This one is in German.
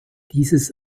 dieses